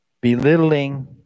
belittling